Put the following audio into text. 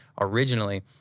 originally